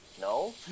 No